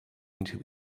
into